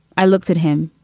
i looked at him.